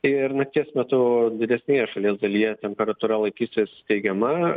ir nakties metu didesnėje šalies dalyje temperatūra laikysis teigiama